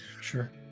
Sure